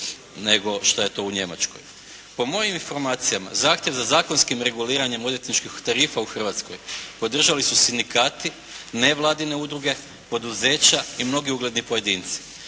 nego što je to u Njemačkoj. Po mojim informacijama zahtjev za zakonskim reguliranjem odvjetničkih tarifa u Hrvatskoj podržali su sindikati, nevladine udruge, poduzeća i mnogi ugledni pojedinci.